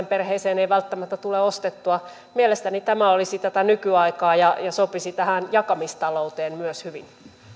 perheeseen ei välttämättä tule ostettua mielestäni tämä olisi tätä nykyaikaa ja sopisi jakamista louteen myös hyvin